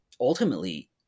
ultimately